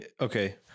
Okay